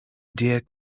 deer